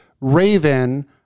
raven